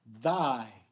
Thy